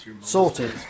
Sorted